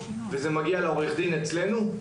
וזה מגיע לעורך הדין אצלנו.